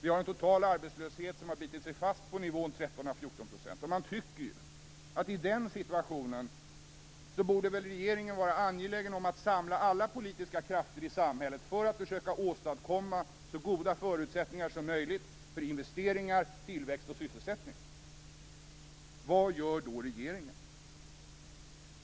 Den totala arbetslösheten har bitit sig fast på nivån 13-14 %. I en sådan situation borde regeringen vara angelägen om att samla alla politiska krafter i samhället för att försöka åstadkomma så goda förutsättningar som möjligt för investeringar, tillväxt och sysselsättning. Vad gör då regeringen?